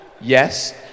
Yes